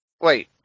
Wait